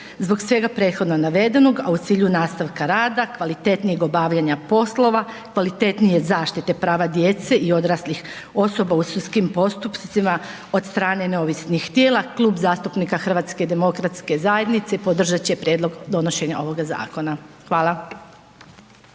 Zbog svega prethodno navedenog, a u cilju nastavka rada, kvalitetnijeg obavljanja poslova, kvalitetnije zaštite prava djece i odraslih osoba u sudskim postupcima od strane neovisnih tijela Klub zastupnika HDZ-a podržat će prijedlog donošenja ovoga zakona. Hvala.